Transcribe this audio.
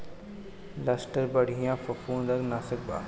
Luster बढ़िया फंफूदनाशक बा